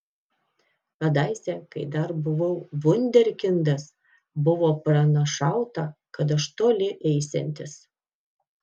kadaise kai dar buvau vunderkindas buvo pranašauta kad aš toli eisiantis